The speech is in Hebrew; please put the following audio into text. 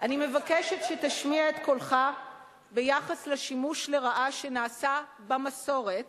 אני מבקשת שתשמיע את קולך ביחס לשימוש לרעה שנעשה במסורת